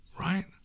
right